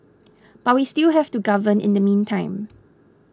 but we still have to govern in the meantime